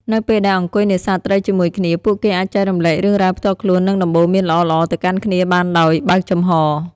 នៅពេលដែលអង្គុយនេសាទត្រីជាមួយគ្នា ពួកគេអាចចែករំលែករឿងរ៉ាវផ្ទាល់ខ្លួននិងដំបូន្មានល្អៗទៅកាន់គ្នាបានដោយបើកចំហរ។